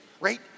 right